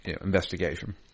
investigation